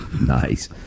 Nice